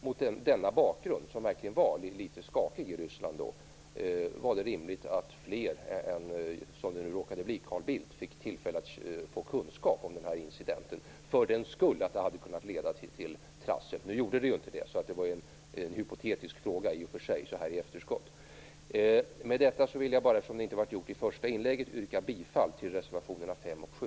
Mot bakgrund av det litet skakiga läget i Ryssland var det rimligt att fler än Carl Bildt, som det nu råkade bli, fick tillfälle att få kunskap om incidenten för den skull den hade kunnat leda till trassel. Nu gjorde den inte det. Det är alltså i och för sig en hypotetisk fråga, så här i efterskott. Eftersom det inte blev gjort i första inlägget vill jag yrka bifall till reservationerna 5 och 7.